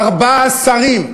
ארבעה שרים,